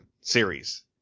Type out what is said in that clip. Series